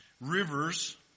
Rivers